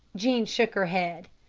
jean shook her head.